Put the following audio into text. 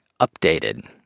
updated